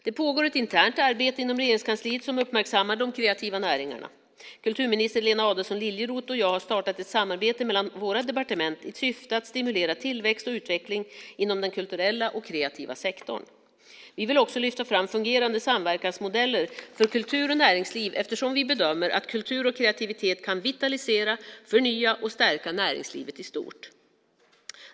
Det pågår ett internt arbete inom Regeringskansliet som uppmärksammar de kreativa näringarna. Kulturminister Lena Adelsohn Liljeroth och jag har startat ett samarbete mellan våra departement i syfte att stimulera tillväxt och utveckling inom den kulturella och kreativa sektorn. Vi vill också lyfta fram fungerande samverkansmodeller för kultur och näringsliv eftersom vi bedömer att kultur och kreativitet kan vitalisera, förnya och stärka näringslivet i stort.